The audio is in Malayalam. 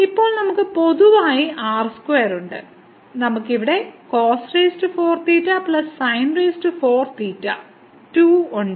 ഇപ്പോൾ നമുക്ക് പൊതുവായി r2 ഉണ്ട് നമുക്ക് ഇവിടെ cos4θ sin4θ 2 ഉണ്ട്